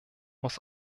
muss